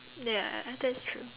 ya that's true